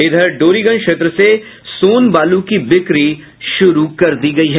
इधर डोरीगंज क्षेत्र से सोन बालू की बिक्री शुरू कर दी गयी है